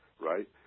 right